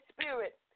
Spirit